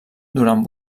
durant